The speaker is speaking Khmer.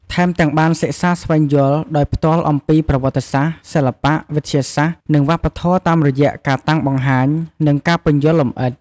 ថែមទាំងបានសិក្សាស្វែងយល់ដោយផ្ទាល់អំពីប្រវត្តិសាស្ត្រ សិល្បៈ វិទ្យាសាស្ត្រ និងវប្បធម៌តាមរយៈការតាំងបង្ហាញ និងការពន្យល់លម្អិត។